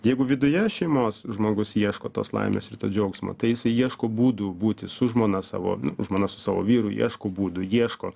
jeigu viduje šeimos žmogus ieško tos laimės ir to džiaugsmo tai jisai ieško būdų būti su žmona savo žmona su savo vyru ieško būdų ieško